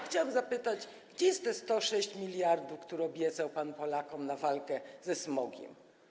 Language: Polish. Chciałabym zapytać, gdzie jest te 106 mld, które obiecał pan Polakom na walkę ze smogiem.